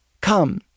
Come